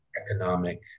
economic